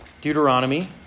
Deuteronomy